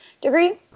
degree